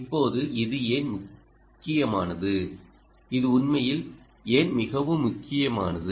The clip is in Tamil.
இப்போது இது ஏன் முக்கியமானது இது உண்மையில் ஏன் மிகவும் முக்கியமானது